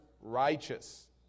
righteous